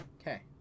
Okay